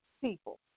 people